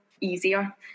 easier